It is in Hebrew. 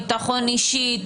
ביטחון אישי,